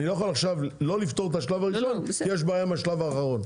אני לא יכול עכשיו לא לפתור את השלב הראשון כי יש בעיה עם השלב האחרון.